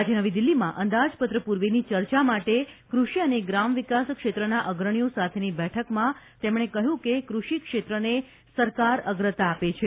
આજે નવી દિલ્હીમાં અંદાજપત્ર પૂર્વેની ચર્ચા માટે કુષિ અને ત્રામવિકાસક્ષેત્રના અત્રણીઓ સાથેની બેઠકમાં તેમણે કહ્યું કે ક્રષિક્ષેત્રને સરકાર અગ્રતા આપે છે